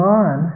on